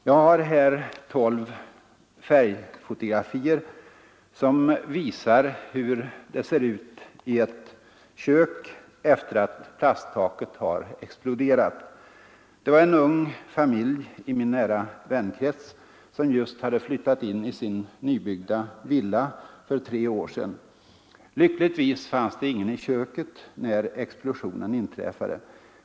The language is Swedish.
Jag har här tolv färgfotografier som visar hur det ser ut i ett kök efter det att plasttaket har exploderat. Det var en ung familj i min nära vänkrets som just hade flyttat in i sin nybyggda villa för tre år sedan. Lyckligtvis fanns det ingen i köket när explosionen inträffade.